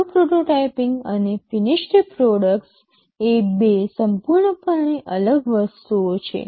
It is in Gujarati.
સારું પ્રોટોટાઇપિંગ અને ફિનિશ્ડ પ્રોડક્ટ્સ એ બે સંપૂર્ણપણે અલગ વસ્તુઓ છે